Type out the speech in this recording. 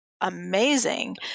amazing